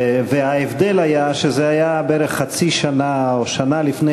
וההבדל היה שזה היה בערך חצי שנה או שנה לפני